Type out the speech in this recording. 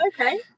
Okay